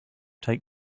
take